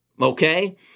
okay